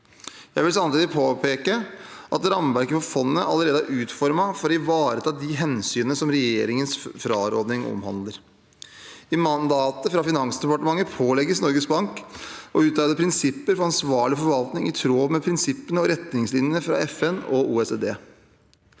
Jeg vil samtidig påpeke at rammeverket for fondet allerede er utformet for å ivareta de hensynene som regjeringens fraråding omhandler. I mandatet fra Finansdepartementet pålegges Norges Bank å utarbeide prinsipper for ansvarlig forvaltning i tråd med prinsippene og retningslinjene fra FN og OECD.